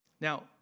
Now